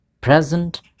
present